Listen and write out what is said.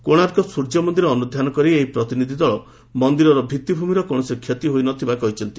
କୋଣାର୍କ ସ୍ୱର୍ଯ୍ୟମନ୍ଦିର ଅନୁଧ୍ୟାନ କରି ଏହି ପ୍ରତିନିଧି ଦଳ ମନ୍ଦିରର ଭିଭିଭିମିର କୌଣସି କ୍ଷତି ହୋଇ ନ ଥିବା କହିଛନ୍ତି